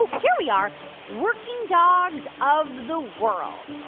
here we are working dogs of the world.